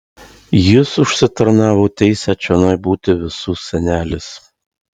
jis užsitarnavo teisę čionai būti visų senelis